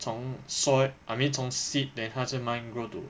从 soil I mean 从 seed then 他就慢慢 grow to